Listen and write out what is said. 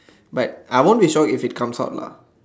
but I won't be sold if it comes out lah